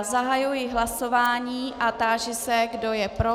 Zahajuji hlasování a táži se, kdo je pro.